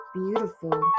beautiful